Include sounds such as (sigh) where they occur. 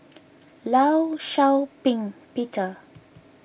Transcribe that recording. (noise) Law Shau Ping Peter